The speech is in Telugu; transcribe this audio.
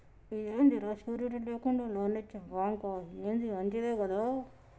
ఇదేందిరా, షూరిటీ లేకుండా లోన్లిచ్చే బాంకా, ఏంది మంచిదే గదా